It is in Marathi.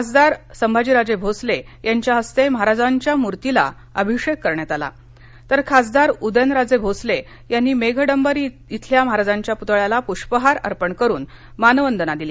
खासदार संभाजीराजे भोसले ह्यांच्या हस्ते महाराजांच्या मूर्तीला अभिषेक करण्यात आला तर खासदार उदयनराजे भोसले यांनी मेघडंबरी येथील महाराजांच्या पुतळ्याला पुष्पहार अर्पण करून मानवंदना दिली